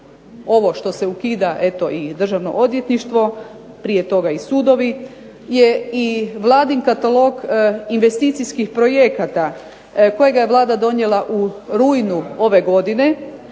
ovo što se ukida Državno odvjetništvo, prije toga i sudovi, je Vladin katalog investicijskih projekata kojega je Vlada donijela u rujnu ove godine,